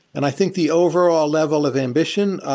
and i think the overall level of ambition,